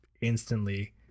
instantly